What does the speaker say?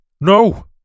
No